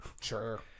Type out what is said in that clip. Sure